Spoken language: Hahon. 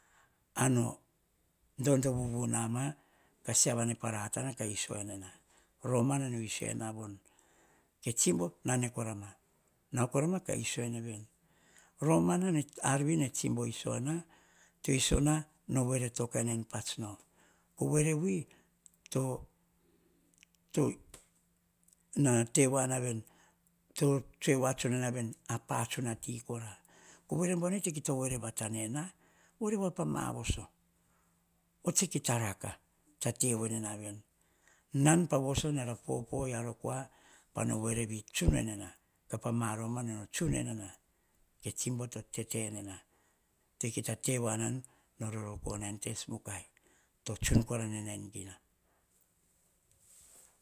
Ano dodoh vuvu nama siavane varata kah tsoenena. Roma no iso enena voni nane korama kah isoene vine romana ne tsibo iso na. Oh woere to tokaina pa pats no voere bua navito tsoe voanavi patsuna ti. Kita woare vatane voavine tseere pah voso oia tsa kita raka. Tsa tevoaneva nan nara popo oh woere to tsun mauana nai.